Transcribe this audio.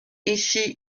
ici